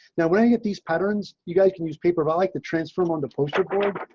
now when you get these patterns. you guys can use paper by like the transform on the poster board.